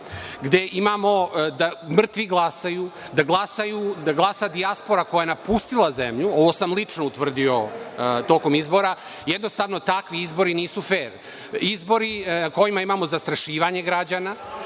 gde imamo da mrtvi glasaju, da glasa dijaspora koja je napustila zemlju, ovo sam lično utvrdio tokom izbora, jednostavno takvi izbori nisu fer. Izbori na kojima imamo zastrašivanje građana,